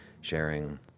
sharing